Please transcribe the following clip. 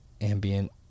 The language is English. ambient